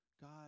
God